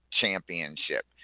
championship